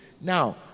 Now